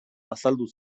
azaldu